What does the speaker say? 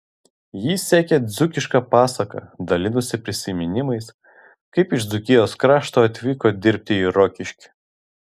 ji sekė dzūkišką pasaką dalinosi prisiminimais kaip iš dzūkijos krašto atvyko dirbti į rokiškį